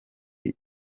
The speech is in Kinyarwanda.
iri